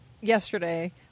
yesterday